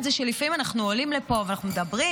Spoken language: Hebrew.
זה שלפעמים אנחנו עולים לפה ואנחנו מדברים,